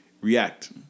react